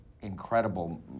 incredible